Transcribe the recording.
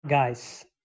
Guys